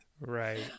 Right